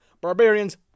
Barbarians